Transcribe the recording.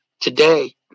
today